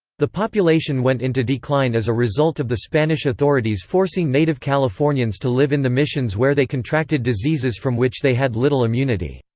the population went into decline as a result of the spanish authorities forcing native californians to live in the missions where they contracted diseases from which they had little immunity.